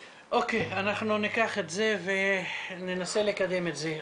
אוקיי, אנחנו ניקח את זה וננסה לקדם את זה.